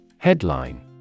Headline